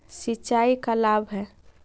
सिंचाई का लाभ है?